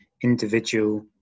individual